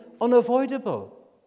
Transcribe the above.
unavoidable